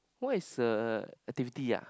what is a activity ah